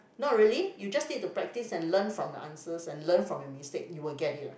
not really you just need to practice and learn from the answers and learn from your mistake you will get it